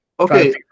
Okay